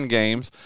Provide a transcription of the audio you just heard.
games